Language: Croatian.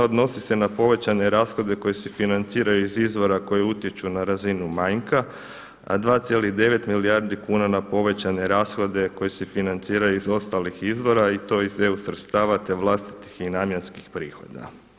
Odnosi se na povećane rashode koji se financiraju iz izvora koji utječu na razinu manjka, a 2,9 milijardi kuna na povećane rashode koji se financiraju iz ostalih izvora i to iz EU sredstava, te vlastitih i namjenskih prihoda.